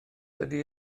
ydy